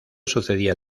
sucedía